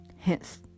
hence